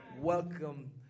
Welcome